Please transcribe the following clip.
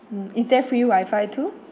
mm is there free wifi too